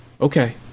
okay